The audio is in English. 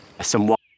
somewhat